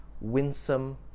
Winsome